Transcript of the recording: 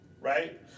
right